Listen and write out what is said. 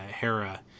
Hera